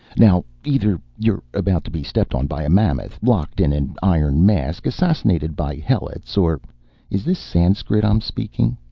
now either you're about to be stepped on by a mammoth, locked in an iron mask, assassinated by helots, or is this sanskrit i'm speaking?